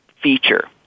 feature